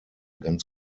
ganz